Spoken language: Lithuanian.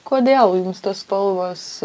kodėl jums tos spalvos